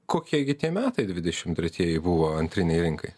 kokie gi tie metai dvidešimt tretieji buvo antrinei rinkai